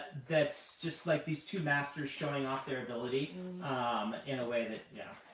that's just like these two masters showing off their ability um in a way that yeah